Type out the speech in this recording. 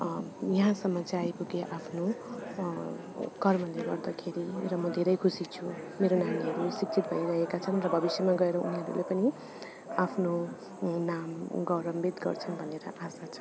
यहाँसम्म चाहिँ आइ पुगे आफ्नो कर्मले गर्दाखेरि र म धेरै खुसी छु मेरो नानीहरू शिक्षित भइरहेका छन् र भविष्यमा गएर उनीहरूले पनि आफ्नो नाम गौरवान्वित गर्छ भनेर आशा छ